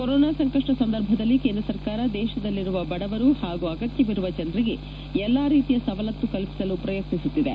corona ಸಂಕಪ್ಪ ಸಂದರ್ಯದಲ್ಲಿ ಕೇಂದ್ರ ಸರ್ಕಾರ ದೇಶದಲ್ಲಿರುವ ಬಡವರು ವಾಗೂ ಆಗತ್ತವರುವ ಜನಿಗೆ ಎಲ್ಲ ರೀತಿಯ ಸವಲತ್ತು ಕಲ್ಲಿಸಬ ಕ್ರಯತ್ನಿಸುತ್ತಿದೆ